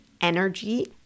energy